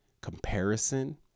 comparison